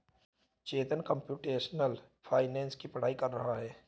चेतन computational finance की पढ़ाई कर रहा है